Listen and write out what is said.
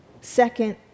Second